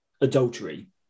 adultery